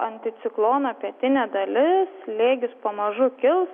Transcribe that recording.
anticiklono pietinė dalis slėgis pamažu kils